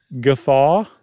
Guffaw